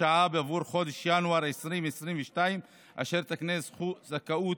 שעה בעבור חודש ינואר 2022 אשר תקנה זכות זכאות